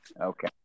okay